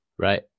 Right